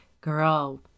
Girl